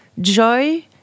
joy